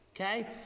Okay